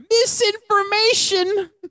misinformation